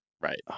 right